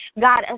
God